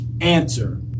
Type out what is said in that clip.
answer